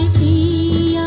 the